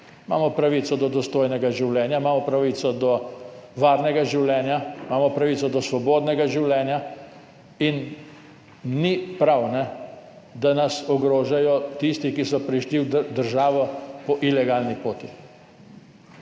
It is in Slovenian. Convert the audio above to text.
Imamo pravico do dostojnega življenja, imamo pravico do varnega življenja, imamo pravico do svobodnega življenja in ni prav, da nas ogrožajo tisti, ki so prišli v državo po ilegalni poti,